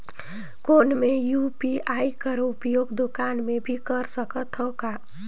कौन मै यू.पी.आई कर उपयोग दुकान मे भी कर सकथव का?